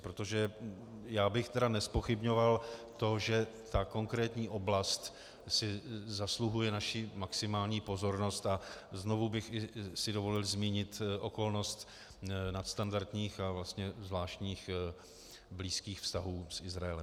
Protože já bych nezpochybňoval to, že ta konkrétní oblast si zasluhuje naši maximální pozornost, a znovu bych si dovolil zmínit okolnost nadstandardních a vlastně zvláštních blízkých vztahů s Izraelem.